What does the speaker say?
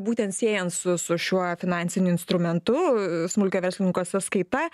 būtent siejant su su šiuo finansiniu instrumentu smulkiojo verslininko sąskaita